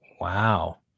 wow